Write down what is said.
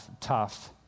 tough